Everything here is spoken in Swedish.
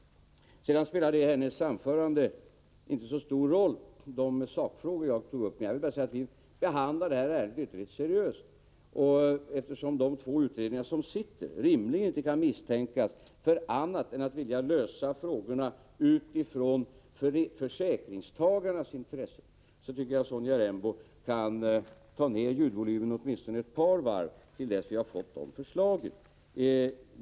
Sedan spelar de sakfrågor som jag tog upp inte så stor roll i Sonja Rembos anförande, men jag vill betona att vi behandlar detta ärende ytterligt seriöst. Eftersom de två utredningar som pågår rimligtvis inte kan misstänkas för annat än att vilja lösa frågorna med hänsyn till försäkringstagarnas intressen tycker jag att Sonja Rembo skall dra ned ljudvolymen åtminstone ett par varv till dess att vi har fått förslagen.